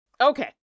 Okay